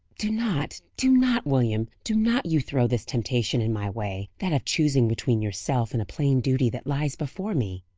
do not, do not! william, do not you throw this temptation in my way that of choosing between yourself and a plain duty that lies before me.